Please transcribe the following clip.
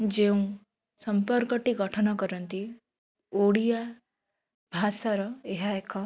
ଯେଉଁ ସମ୍ପର୍କଟି ଗଠନ କରନ୍ତି ଓଡ଼ିଆ ଭାଷାର ଏହା ଏକ